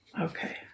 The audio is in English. Okay